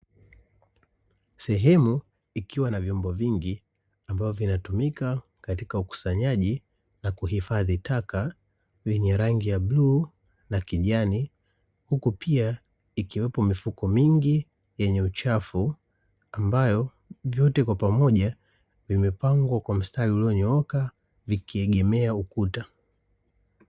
Sehemu ikiwa na vyombo vingi ikiwa inatumika katika ukusanyaji na kuhifadhi taka yenye rangi ya bluu na kijani, huku pia ikiwepo mifuko mingi yenye uchafu ambayo vyote kwa pamoja vimepangwa kwa mstari ulionyooka na vikiegamia ukuta.